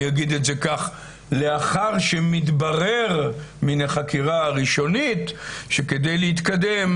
לאחר שמתברר מן החקירה הראשונית, שכדי להתקדם